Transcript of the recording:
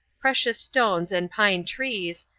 precious stones, and pine trees,